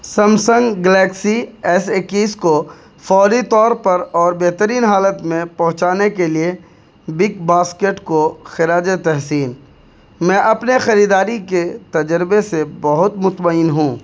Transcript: Samsung Galaxy S اکیس کو فوری طور پر اور بہترین حالت میں پہنچانے کے لیے بگ باسکٹ کو خراج تحسین میں اپنے خریداری کے تجربے سے بہت مطمئن ہوں